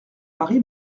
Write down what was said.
mari